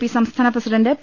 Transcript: P സംസ്ഥാന president P